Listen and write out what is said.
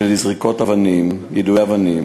יידויי אבנים.